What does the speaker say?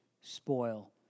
spoil